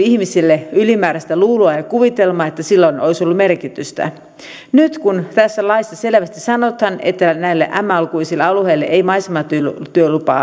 ihmisille ylimääräistä luuloa ja kuvitelmaa että sillä olisi ollut merkitystä nyt kun tässä laissa selvästi sanotaan että näille m alkuisille alueille ei maisematyölupa